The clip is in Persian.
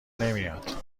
نمیاد